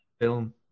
film